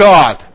God